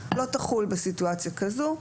לא תחול בסיטואציה כזו.